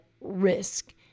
risk